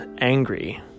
angry